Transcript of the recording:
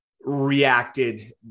reacted